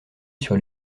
sur